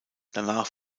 danach